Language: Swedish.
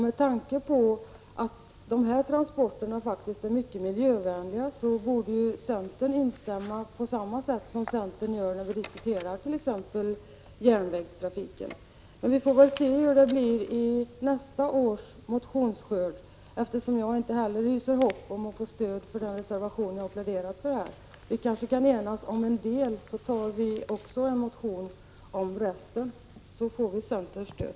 Med tanke på att sjötransporterna faktiskt är mycket miljövänliga borde centern instämma på samma sätt som centern gör när det gäller t.ex. järnvägstrafiken. Vi får väl se hur det blir i nästa års motionsskörd. Jag hyser inte heller några förhoppningar om att få stöd för den reservation jag pläderade för här. Vi kanske kan enas med centern om en del och sedan skriva en ny motion — då får vi måhända centerns stöd.